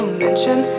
mention